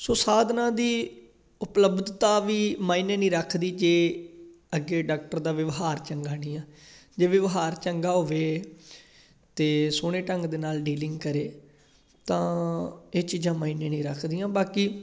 ਸੋ ਸਾਧਨਾਂ ਦੀ ਉਪਲਬਧਤਾ ਵੀ ਮਾਇਨੇ ਨਹੀਂ ਰੱਖਦੀ ਜੇ ਅੱਗੇ ਡਾਕਟਰ ਦਾ ਵਿਵਹਾਰ ਚੰਗਾ ਨਹੀਂ ਆ ਜੇ ਵਿਵਹਾਰ ਚੰਗਾ ਹੋਵੇ ਅਤੇ ਸੋਹਣੇ ਢੰਗ ਦੇ ਨਾਲ ਡੀਲਿੰਗ ਕਰੇ ਤਾਂ ਇਹ ਚੀਜ਼ਾਂ ਮਾਇਨੇ ਨਹੀਂ ਰੱਖਦੀਆਂ ਬਾਕੀ